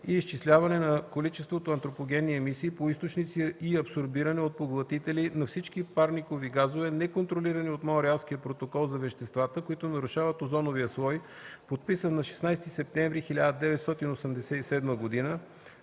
и изчисляване на количеството антропогенни емисии по източници и абсорбиране от поглътители на всички парникови газове, неконтролирани от Монреалския протокол за веществата, които нарушават озоновия слой, подписан на 16 септември 1987 г.